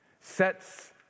sets